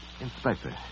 Inspector